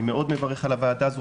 אני מאוד מברך על הוועדה הזו,